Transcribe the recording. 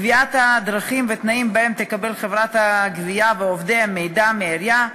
קביעת הדרכים והתנאים שבהם יקבלו חברת הגבייה ועובדיה מידע מהעירייה,